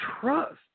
trust